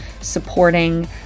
supporting